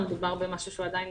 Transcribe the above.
מדובר במשהו שהוא עדיין